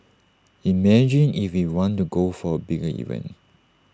imagine if we want to go for A bigger event